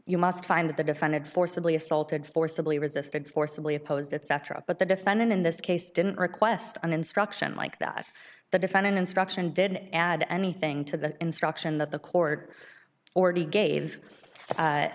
you must find that the defendant forcibly assaulted forcibly resisted forcibly opposed etc but the defendant in this case didn't request an instruction like that the defendant instruction didn't add anything to the instruction that the court already gave